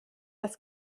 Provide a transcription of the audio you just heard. das